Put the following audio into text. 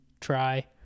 try